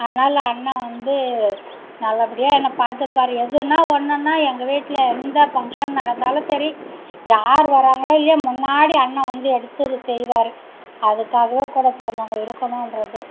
அதனால அண்ணன் வந்து நல்லபடியாக என்னை பார்த்துப்பாரு எதுனா ஒன்றுனா எங்கள் வீட்டில் எந்த ஃபங்ஷன் நடந்தாலும் சரி யார் வர்றாங்களோ இல்லையோ முன்னாடி அண்ணன் வந்து எடுத்து செய்வார் அதுக்காகவே கூட பிறந்தவங்க இருக்கணும்ன்றது